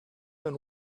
and